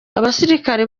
abasirikare